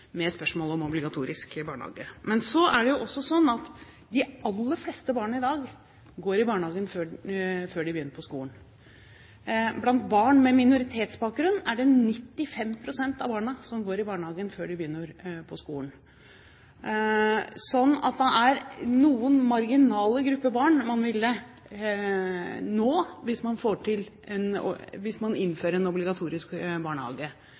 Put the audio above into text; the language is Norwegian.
de aller fleste barn i dag går i barnehagen før de begynner på skolen. Blant barn med minoritetsbakgrunn går 95 pst. av barna i barnehage før de begynner på skolen. Så det er noen marginale grupper barn man vil nå hvis man innfører en